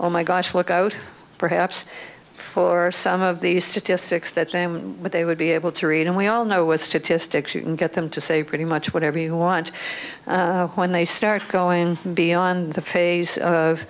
oh my gosh look out perhaps for some of these statistics that them they would be able to read and we all know with statistics you can get them to say pretty much whatever you want when they start going beyond the phase of